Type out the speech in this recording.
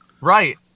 Right